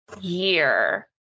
year